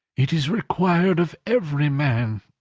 it is required of every man,